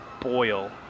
boil